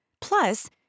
Plus